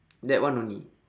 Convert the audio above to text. that one only